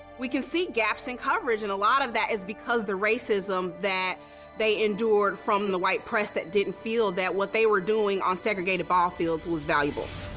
we can see gaps in coverage, and a lot of that is because the racism that they endured from the white press that didn't feel that what they were doing on segregated ball fields was valuable.